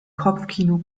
kopfkino